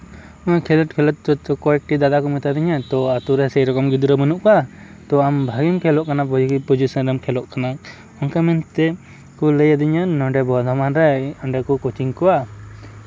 ᱚᱱᱟ ᱠᱷᱮᱞᱳᱰ ᱠᱷᱮᱞᱳᱰ ᱛᱮ ᱠᱚᱭᱮᱠᱴᱤ ᱫᱟᱫᱟ ᱠᱚ ᱢᱮᱛᱟ ᱫᱤᱧᱟ ᱛᱳ ᱟᱹᱛᱩ ᱨᱮ ᱥᱮᱭᱨᱚᱠᱚᱢ ᱜᱤᱫᱽᱨᱟᱹ ᱵᱟᱹᱱᱩᱜ ᱠᱚᱣᱟ ᱛᱳ ᱟᱢ ᱵᱷᱟᱹᱜᱮ ᱜᱮᱢ ᱠᱷᱮᱞᱳᱜ ᱠᱟᱱᱟ ᱵᱷᱟᱹᱜᱮ ᱯᱚᱡᱤᱥᱮᱱ ᱨᱮᱢ ᱠᱷᱮᱞᱳᱜ ᱠᱟᱱᱟ ᱚᱱᱠᱟ ᱢᱮᱱᱛᱮ ᱠᱚ ᱞᱟᱹᱭ ᱟᱹᱫᱤᱧᱟ ᱱᱚᱸᱰᱮ ᱵᱚᱨᱫᱷᱚᱢᱟᱱ ᱨᱮ ᱚᱸᱰᱮ ᱠᱚ ᱠᱳᱪᱤᱝ ᱠᱚᱣᱟ